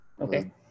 Okay